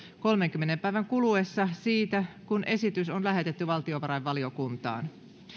kolmenkymmenen päivän kuluessa siitä kun esitys on lähetetty valtiovarainvaliokuntaan